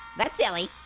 that's silly.